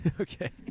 Okay